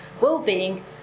well-being